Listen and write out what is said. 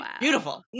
beautiful